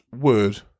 word